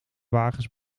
wagens